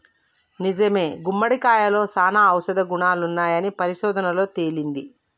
నిజమే గుమ్మడికాయలో సానా ఔషధ గుణాలున్నాయని పరిశోధనలలో తేలింది